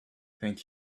thank